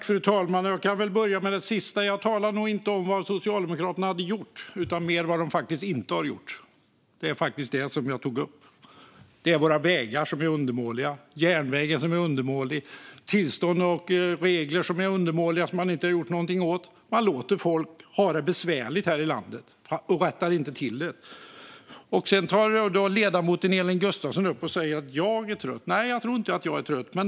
Fru talman! Jag kan väl börja med det sista. Jag talade nog inte om vad Socialdemokraterna hade gjort utan mer om vad de faktiskt inte har gjort. Det var det jag tog upp. Det är våra vägar som är undermåliga, järnvägen som är undermålig och tillstånd och regler som är undermåliga. Detta har man inte gjort någonting åt. Man låter folk ha det besvärligt här i landet. Man rättar inte till det. Ledamoten Elin Gustafsson säger att jag är trött. Nej, jag tror inte att jag är trött.